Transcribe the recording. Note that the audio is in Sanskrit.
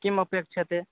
किम् अपेक्ष्यते